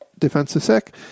DefensiveSec